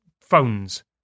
Phones